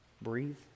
breathe